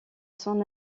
son